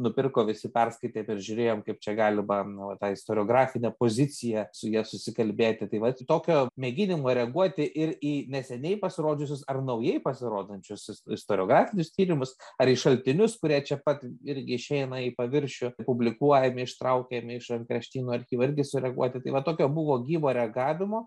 nupirko visi perskaitė peržiūrėjom kaip čia galima nu va tą istoriografinę poziciją su ja susikalbėti tai vat tokio mėginimo reaguoti ir į neseniai pasirodžiusius ar naujai pasirodančius is istoriografinius tyrimus ar į šaltinius kurie čia pat irgi išeina į paviršių publikuojami ištraukiami iš rankraštynų archyvų irgi sureaguoti tai va tokia buvo gyvo reagavimo